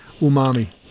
umami